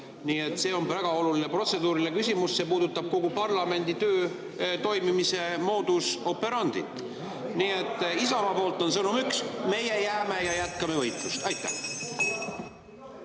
See on väga oluline protseduuriline küsimus, see puudutab kogu parlamendi töö toimimisemodus operandi't. Nii et Isamaa sõnum on üks: meie jääme ja jätkame võitlust. Jah,